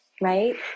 Right